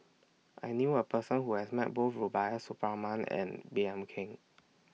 I knew A Person Who has Met Both Rubiah Suparman and Baey Yam Keng